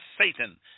Satan